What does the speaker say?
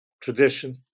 tradition